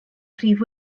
prif